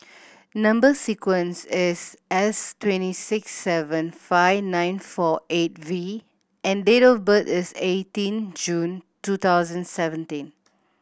number sequence is S twenty six seven five nine four eight V and date of birth is eighteen June two thousand seventeen